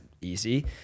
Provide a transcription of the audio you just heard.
easy